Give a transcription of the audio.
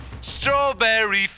Strawberry